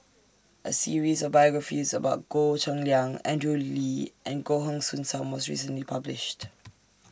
A series of biographies about Goh Cheng Liang Andrew Lee and Goh Heng Soon SAM was recently published